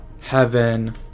heaven